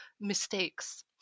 mistakes